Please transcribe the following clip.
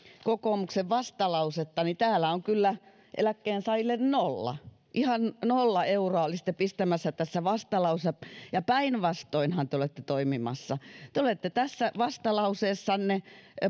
kokoomuksen vastalausetta niin täällä on kyllä eläkkeensaajille nolla ihan nolla euroa olisitte pistämässä tässä vastalauseessa päinvastoinhan te te olette toimimassa te te olette tässä vastalauseessanne